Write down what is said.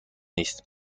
نیست